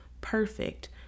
perfect